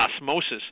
osmosis